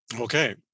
Okay